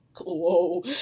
whoa